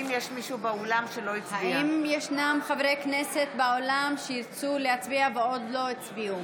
האם יש חברי כנסת באולם שירצו להצביע ועוד לא הצביעו?